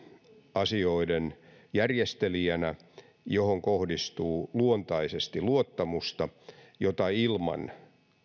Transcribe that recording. asioiden järjestelijänä johon kohdistuu luontaisesti luottamusta jota ilman